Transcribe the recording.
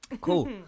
Cool